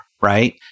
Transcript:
right